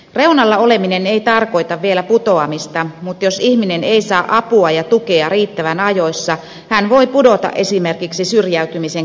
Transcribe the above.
reunalla oleminen ei tarkoita vielä putoamista mutta jos ihminen ei saa apua ja tukea riittävän ajoissa hän voi pudota esimerkiksi syrjäytymisen kierteeseen